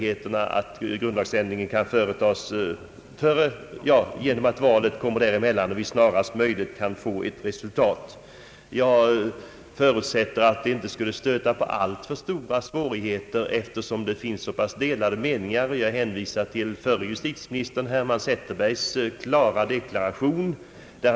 Eftersom det sedan är val på hösten, är detta det snabbaste sättet att nå ett resultat. Jag förutsätter att det inte stöter på alltför stora svårigheter att få fram ett förslag och vill erinra om förre justitieministern Herman Zetterbergs klara deklaration i den här frågan.